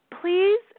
please